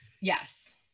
Yes